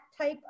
type